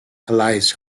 allies